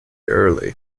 early